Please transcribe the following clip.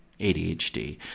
ADHD